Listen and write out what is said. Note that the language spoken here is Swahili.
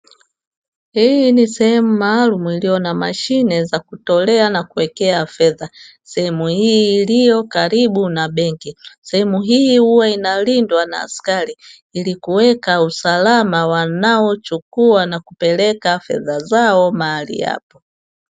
Hii ni sehemu maalumu iliyo na mashine za kutolea fedha, sehemu hii iliyo karibu na benki. Sehemu hii huwa inalindwa na askari ili kuweka usalama wanaochukua na kupeleka fedha zao mahali hapo.